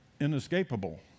inescapable